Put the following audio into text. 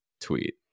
tweet